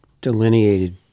delineated